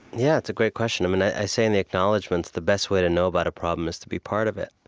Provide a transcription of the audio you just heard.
yeah it's a great question. um and i say in the acknowledgements, the best way to know about a problem is to be a part of it.